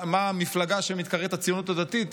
המפלגה שמתקראת "הציונות הדתית",